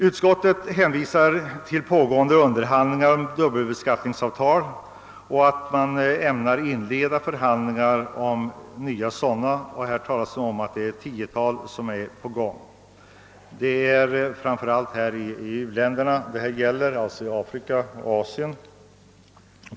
Utskottet hänvisar till pågående underhandlingar om dubbelbeskattningsavtal och framhåller, att Sverige inlett eller snart kommer att inleda underhandlingar med tio u-länder. Det gäller framför allt u-länder i Afrika och Asien.